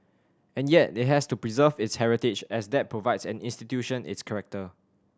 and yet they has to preserve its heritage as that provides an institution its character